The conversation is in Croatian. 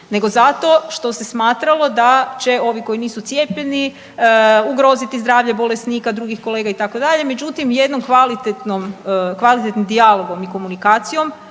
nego zato što se smatralo da će ovi koji nisu cijepljeni ugroziti zdravlje bolesnika, drugih kolega itd. Međutim, jednim kvalitetnim dijalogom i komunikacijom